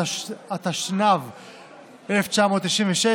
התשנ"ו 1996,